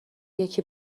یکی